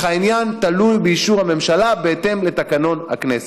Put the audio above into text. אך העניין תלוי באישור הממשלה בהתאם לתקנון הכנסת.